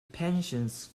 pensions